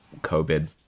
COVID